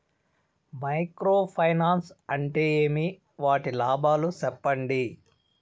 Micro finance అంటే ఏమి? వాటి లాభాలు సెప్పండి?